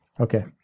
Okay